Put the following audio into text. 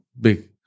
big